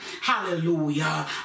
hallelujah